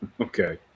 okay